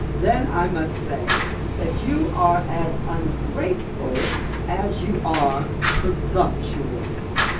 then i must say that you are as ungrateful as you are presumptuous